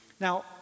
now